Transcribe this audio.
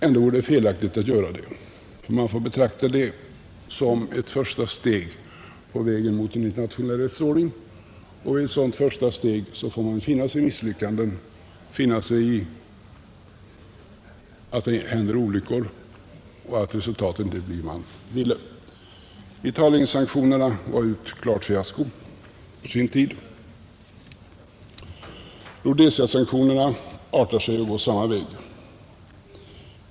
Ändå vore det felaktigt att så göra, ty man får betrakta detta vapen som ett första steg på vägen mot en internationell rättsordning, och vid ett sådant första steg måste man finna sig i att det sker misslyckanden, att det händer olyckor och att resultatet inte blir det man ville. Italiensanktionerna var ett klart fiasko på sin tid. Rhodesiasanktionerna artar sig att gå samma väg.